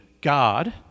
God